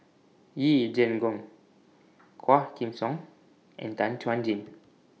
Yee Jenn Jong Quah Kim Song and Tan Chuan Jin